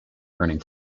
earning